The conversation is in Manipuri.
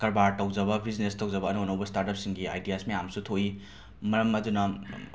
ꯀꯔꯕꯥꯔ ꯇꯧꯖꯕ ꯕꯤꯖꯅꯦꯁ ꯇꯧꯖꯕ ꯑꯅꯧ ꯑꯅꯧꯕ ꯁ꯭ꯇꯥꯔꯠꯑꯞꯁꯤꯡꯒꯤ ꯑꯥꯏꯗꯤꯌꯁ ꯃꯌꯥꯝꯁꯨ ꯊꯣꯛꯏ ꯃꯔꯝ ꯑꯗꯨꯅ